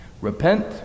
Repent